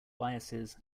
biases